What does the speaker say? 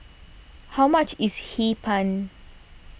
how much is Hee Pan